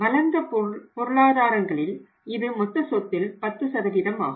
வளர்ந்த பொருளாதாரங்களில் இது மொத்த சொத்தில் 10 ஆகும்